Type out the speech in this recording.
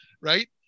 right